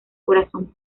corazón